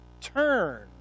turn